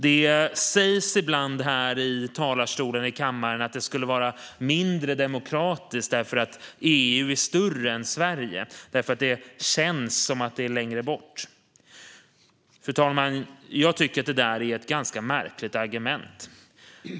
Det sägs ibland här i kammarens talarstol att det skulle vara mindre demokratiskt därför att EU är större än Sverige och känns som längre bort. Jag tycker att det är ett ganska märkligt argument, fru talman.